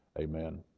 amen